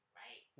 right